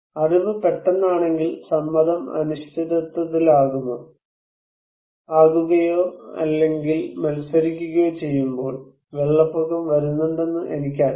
അറിവ് പെട്ടെന്നാണെങ്കിൽ സമ്മതം അനിശ്ചിതത്വത്തിലാകുകയോ അല്ലെങ്കിൽ മത്സരിക്കുകയോ ചെയ്യുമ്പോൾ വെള്ളപ്പൊക്കം വരുന്നുണ്ടെന്ന് എനിക്കറിയാം